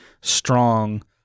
strong